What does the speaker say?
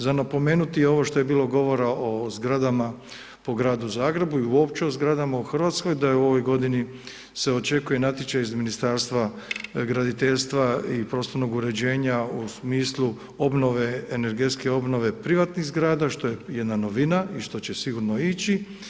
Za napomenuti je ovo što je bilo govora o zgradama po Gradu Zagrebu i uopće o zgradama u RH, da je u ovoj godini se očekuje natječaj iz Ministarstva graditeljstva i prostornog uređenja u smislu obnove, energetske obnove privatnih zgrada, što je jedna novina i što će sigurno ići.